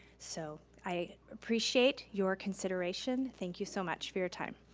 so i appreciate your consideration, thank you so much for your time.